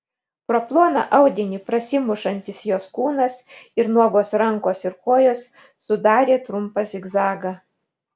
pro ploną audinį prasimušantis jos kūnas ir nuogos rankos ir kojos sudarė trumpą zigzagą